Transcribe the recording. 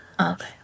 Okay